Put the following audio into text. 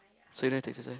so you don't have to exercise